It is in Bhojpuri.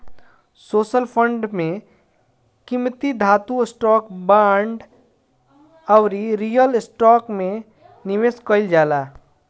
सोशल फंड में कीमती धातु, स्टॉक, बांड अउरी रियल स्टेट में निवेश कईल जाला